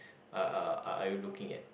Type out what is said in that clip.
uh are you looking at